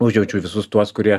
užjaučiu visus tuos kurie